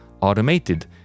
automated